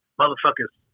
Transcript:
motherfuckers